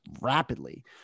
rapidly